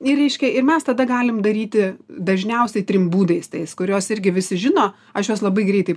ir reiškia ir mes tada galim daryti dažniausiai trim būdais tais kuriuos irgi visi žino aš juos labai greitai